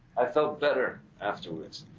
i felt better afterwards.